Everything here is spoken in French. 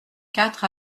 quatre